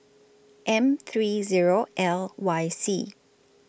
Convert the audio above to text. M three O L Y C